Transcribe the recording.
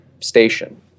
station